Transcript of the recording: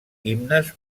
himnes